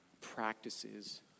practices